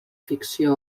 ficció